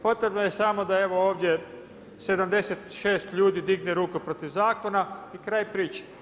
Potrebno je samo, da evo, ovdje 76 ljudi digne ruku protiv zakona i kraj priče.